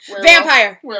Vampire